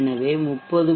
எனவே 30